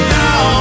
now